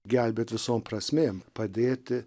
gelbėt visom prasmėm padėti